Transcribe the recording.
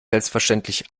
selbstverständlich